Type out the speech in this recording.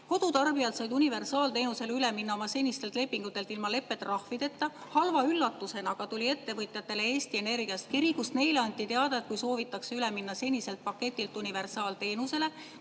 Kodutarbijad said universaalteenusele üle minna oma senistelt lepingutelt ilma leppetrahvita. Halva üllatusena tuli aga ettevõtjatele Eesti Energiast kiri, kus neile anti teada, et kui soovitakse üle minna seniselt paketilt universaalteenusele,